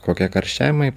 kokie karščiavimai